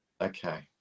Okay